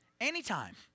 Anytime